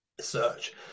search